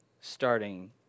starting